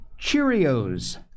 Cheerios